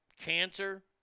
Cancer